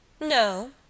No